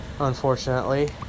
Unfortunately